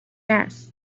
است